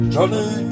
Johnny